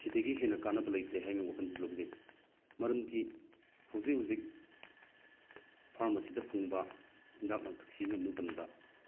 ꯁꯤꯗꯒꯤ ꯍꯦꯟꯅ ꯀꯥꯟꯅꯕ ꯂꯩꯇ꯭ꯔꯦ ꯍꯥꯏꯅ ꯋꯥꯈꯟꯗꯁꯨ ꯂꯧꯖꯩ ꯃꯔꯝꯗꯤ ꯍꯧꯖꯤꯛ ꯍꯧꯖꯤꯛ ꯐꯥꯔꯃꯥꯁꯤꯗ ꯐꯪꯕ ꯍꯤꯗꯥꯛ ꯂꯥꯡꯇꯛ ꯁꯤꯖꯤꯟꯅꯕ ꯃꯇꯝꯗ